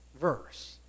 verse